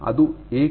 ಅದು ಏಕೆ